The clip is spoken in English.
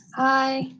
hi?